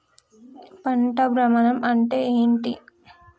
పంట భ్రమణం అంటే ఏంటి?